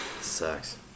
Sucks